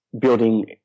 building